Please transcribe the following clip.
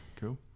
Cool